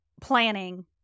planning